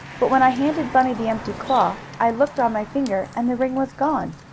but when i handed bunny the empty claw i looked on my finger, and the ring was gone.